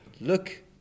Look